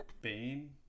Bane